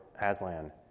Aslan